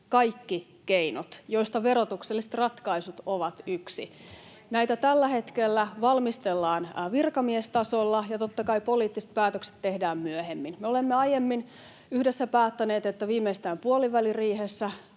kaikki keinot, joista verotukselliset ratkaisut ovat yksi. [Antti Lindtman: Onko hallitus sen takana?] Näitä tällä hetkellä valmistellaan virkamiestasolla, ja totta kai poliittiset päätökset tehdään myöhemmin. Me olemme aiemmin yhdessä päättäneet, että viimeistään puoliväliriihessä